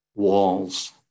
Walls